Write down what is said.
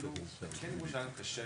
כן אמרו שהיה קשה